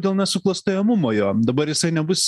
dėl nesuklastojamumo jo dabar jisai nebus